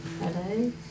Hello